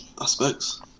aspects